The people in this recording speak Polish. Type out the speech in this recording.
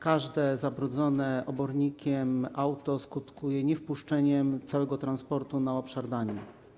Każde zabrudzone obornikiem auto skutkuje niewpuszczeniem całego transportu na obszar Danii.